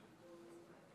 תודה רבה,